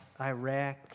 Iraq